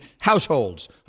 households